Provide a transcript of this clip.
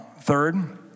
third